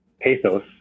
Pathos